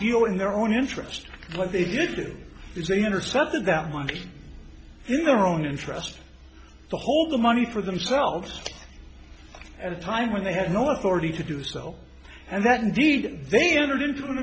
do in their own interest what they did is they intercepted that money in their own interest to hold the money for themselves at a time when they had no authority to do so and that indeed they entered into an